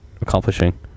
accomplishing